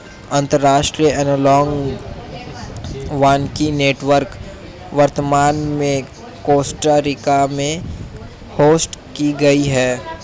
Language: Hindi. अंतर्राष्ट्रीय एनालॉग वानिकी नेटवर्क वर्तमान में कोस्टा रिका में होस्ट की गयी है